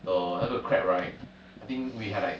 the 那个 crab right I think we had like